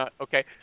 okay